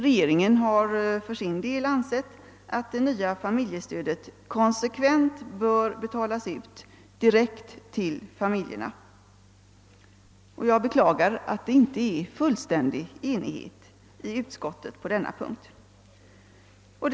Regeringen har för sin del ansett att det nya familjestödet konsekvent bör betalas ut direkt till familjerna, och jag beklagar att det inte rått fullständig enighet på denna punkt inom utskottet.